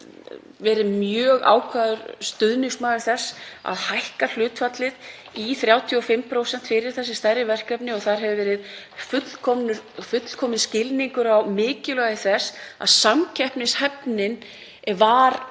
verið mjög ákafur stuðningsmaður þess að hækka hlutfallið í 35% fyrir stærri verkefni. Þar hefur verið fullkominn skilningur á mikilvæginu. Samkeppnishæfnin var